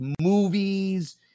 movies